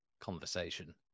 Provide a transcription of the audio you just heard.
conversation